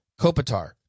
kopitar